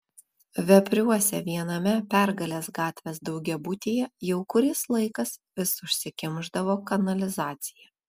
vepriuose viename pergalės gatvės daugiabutyje jau kuris laikas vis užsikimšdavo kanalizacija